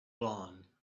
lawn